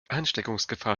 ansteckungsgefahr